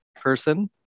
person